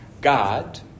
God